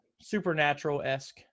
supernatural-esque